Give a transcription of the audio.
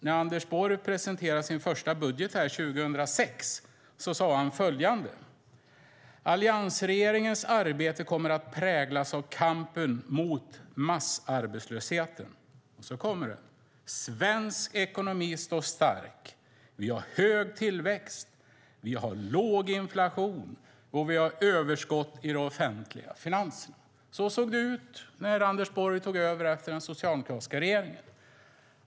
När Anders Borg presenterade sin första budget här i riksdagen 2006 sade han följande: "Alliansregeringens arbete kommer att präglas av kampen mot massarbetslösheten." Så kommer det: "Svensk ekonomi står stark. Vi har hög tillväxt, vi har låg inflation och vi har överskott i de offentliga finanserna." Så såg det ut när Anders Borg tog över efter den socialdemokratiska regeringen.